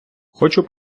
хочу